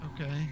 Okay